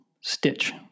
stitch